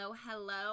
hello